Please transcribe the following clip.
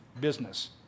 business